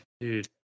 Dude